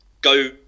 go